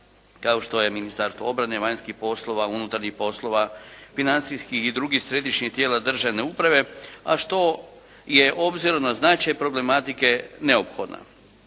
kao što je Ministarstvo obrane, vanjskih poslova, unutarnjih poslova, financijskih i drugih središnjih tijela državne uprave, a što je obzirom na značaj problematike neophodna.